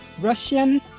Russian